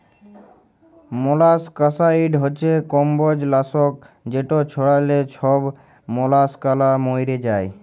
molluscicide হছে কমবজ লাসক যেট ছড়াল্যে ছব মলাসকালা ম্যইরে যায়